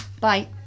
Bye